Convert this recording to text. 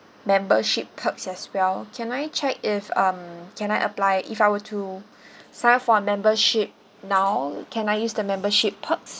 membership perks as well can I check if um can I apply if I were to sign up for membership now can I use the membership perks